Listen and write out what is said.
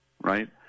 Right